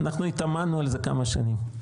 אנחנו התאמנו על זה כמה שנים.